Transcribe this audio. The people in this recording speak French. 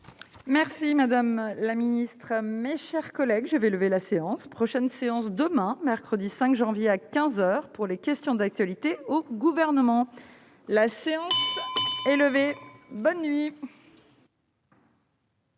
Merci madame la ministre, mes chers collègues, je vais lever la séance prochaine séance demain mercredi 5 janvier à 15 heures pour les questions d'actualité au gouvernement, la séance est levée, bonne nuit.